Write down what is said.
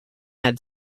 had